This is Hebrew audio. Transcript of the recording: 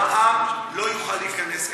המע"מ לא יוכל להיכנס כאן,